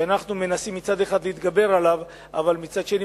שאנחנו מנסים מצד אחד להתגבר עליו אבל מצד שני,